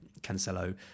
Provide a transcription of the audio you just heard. Cancelo